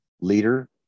leader